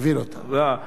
הבהיל אותה.